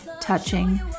touching